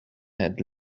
had